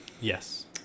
Yes